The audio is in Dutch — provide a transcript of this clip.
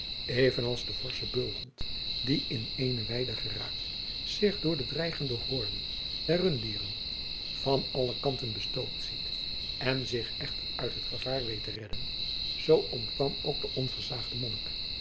even als de forsche bulhond die in eene weide geraakt zich door de dreigende hoornen der runddieren van alle kanten bestookt ziet en zich echter uit het gevaar weet te redden zoo ontkwam ook de onversaagde